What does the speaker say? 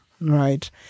right